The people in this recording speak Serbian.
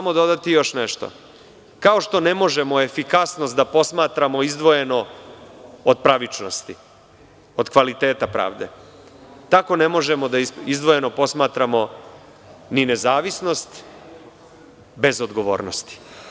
Dodaću da kao što ne možemo efikasnost da posmatramo izdvojeno od pravičnosti, od kvaliteta pravde, tako ne možemo da izdvojeno posmatramo ni nezavisnost bez odgovornosti.